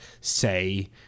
say